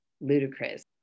ludicrous